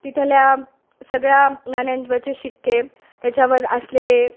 तिथल्या सगळ्या नाण्यांवरचे शिक्के त्याच्यावर असलेले